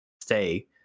stay